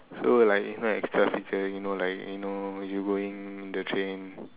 so like you no extra feature you know like you know you going the train